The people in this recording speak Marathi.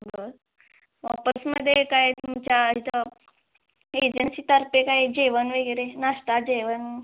बरं बसमध्ये काय तुमच्या इथं एजन्सीतर्फे काही जेवण वगैरे नाश्ता जेवण